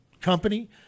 company